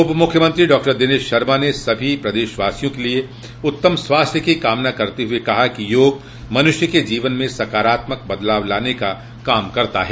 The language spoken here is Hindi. उपमुख्यमंत्री डॉक्टर दिनेश शर्मा ने सभी प्रदेशवासियों के लिए उत्तम स्वास्थ्य की कामना करते हुए कहा कि योग मनुष्य के जीवन में सकारात्मक बदलाव लाने का काम करता है